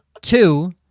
Two